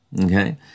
Okay